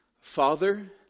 Father